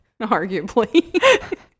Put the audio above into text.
Arguably